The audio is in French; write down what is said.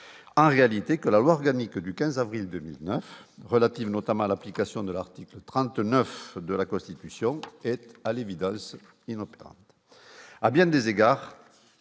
en réalité que la loi organique du 15 avril 2001 relative notamment à l'application de l'article 39 de la Constitution, à l'évidence, il obtint à bien des égards,